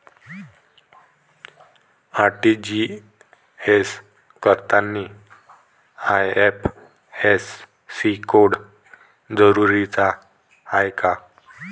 RTGS करतांनी IFSC code जरुरीचा हाय का?